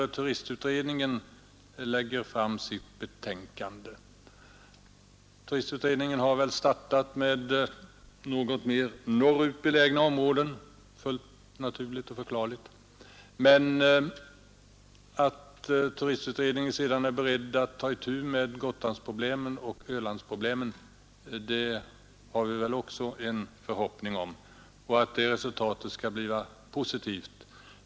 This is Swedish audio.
Turistutredningen har — och det är fullt naturligt och förklarligt — startat med något mer norrut belägna områden. Men vi hoppas att turistutredningen sedan skall vara beredd att ta itu med Gotlandsproblemen och Ölandsproblemen och att resultatet härav skall bli positivt.